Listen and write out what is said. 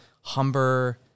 Humber